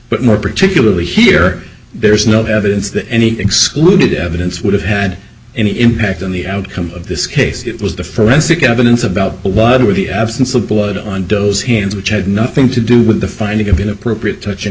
but more particularly here there's no evidence that any excluded evidence would have had any impact on the outcome of this case it was the forensic evidence about a lot of the absence of blood on doze hands which had nothing to do with the finding of inappropriate touching